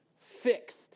fixed